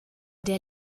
der